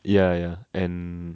ya ya and